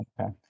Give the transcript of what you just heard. Okay